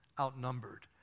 outnumbered